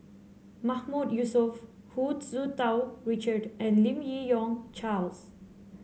Mahmood Yusof Hu Tsu Tau Richard and Lim Yi Yong Charles